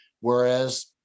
Whereas